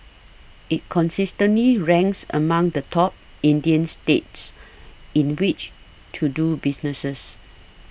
it consistently ranks among the top Indian states in which to do business cess